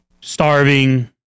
starving